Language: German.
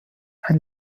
ein